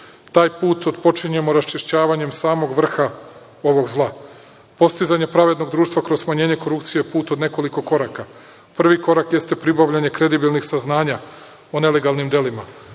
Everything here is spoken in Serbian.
Taj put otpočinjemo raščišćavanjem samog vrha ovog zla. Postizanje pravednog društva kroz smanjenje korupcije je put od nekoliko koraka. Prvi korak jeste pribavljanje kredibilnih saznanja o nelegalnim delima.